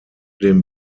den